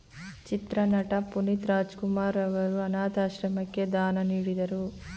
ಚಿತ್ರನಟ ಪುನೀತ್ ರಾಜಕುಮಾರ್ ಅವರು ಅನಾಥಾಶ್ರಮಕ್ಕೆ ದಾನ ನೀಡಿದರು